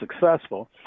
successful